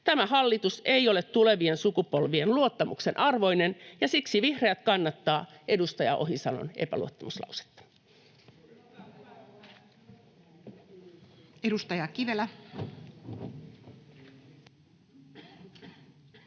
Tämä hallitus ei ole tulevien sukupolvien luottamuksen arvoinen, ja siksi vihreät kannattavat edustaja Ohisalon epäluottamuslausetta. [Speech 22]